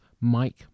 Mike